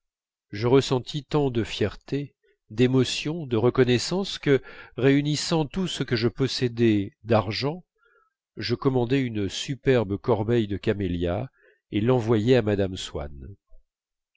je ressentis tant de fierté d'émotion de reconnaissance que réunissant tout ce que je possédais d'argent je commandai une superbe corbeille de camélias et l'envoyai à mme swann